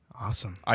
Awesome